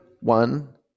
one